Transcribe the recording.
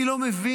אני לא מבין